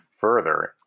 further